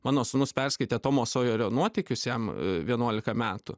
mano sūnus perskaitė tomo sojerio nuotykius jam vienuolika metų